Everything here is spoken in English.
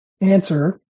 answer